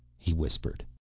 he whispered.